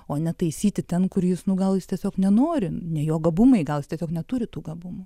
o ne taisyti ten kur jis nu gal jis tiesiog nenori ne jo gabumai gal jis tiesiog neturi tų gabumų